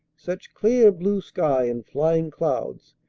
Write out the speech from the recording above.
such clear blue sky and flying clouds!